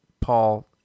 Paul